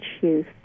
youth